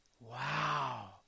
Wow